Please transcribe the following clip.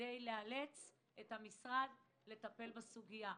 כדי לאלץ את המשרד לטפל בסוגיה.